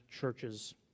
churches